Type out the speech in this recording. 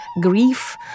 grief